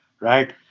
right